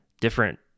different